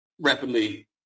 rapidly